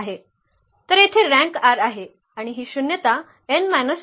तर येथे rank R आहे आणि ही शून्यता n R आहे